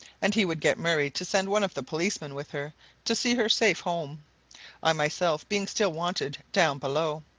and he would get murray to send one of the policemen with her to see her safe home i myself being still wanted down below.